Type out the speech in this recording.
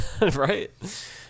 Right